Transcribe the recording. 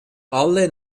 alle